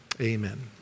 amen